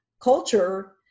culture